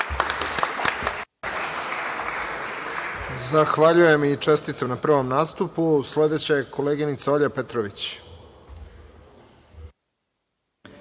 Zahvaljujem i čestitam na prvom nastupu. Sledeća je koleginica Olja Petrović.